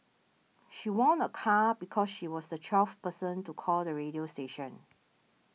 she won a car because she was the twelfth person to call the radio station